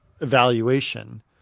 evaluation